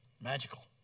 magical